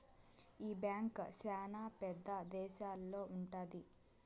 ఈ బ్యాంక్ శ్యానా పెద్ద దేశాల్లో ఉంటది